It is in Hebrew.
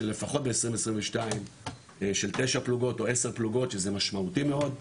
לפחות 2022 של תשע פלוגות או עשר פלוגות שזה משמעותי מאוד,